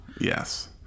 Yes